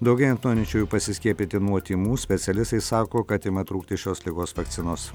daugėjant norinčiųjų pasiskiepyti nuo tymų specialistai sako kad ima trūkti šios ligos vakcinos